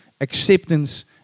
acceptance